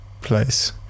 place